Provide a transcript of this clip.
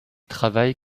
travaille